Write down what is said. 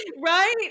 Right